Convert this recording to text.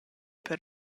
per